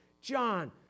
John